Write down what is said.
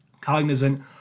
cognizant